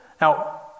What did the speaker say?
now